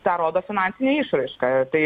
tą rodo finansinė išraiška tai